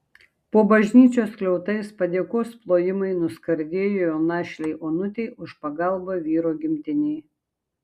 po bažnyčios skliautais padėkos plojimai nuskardėjo jo našlei onutei už pagalbą vyro gimtinei